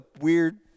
weird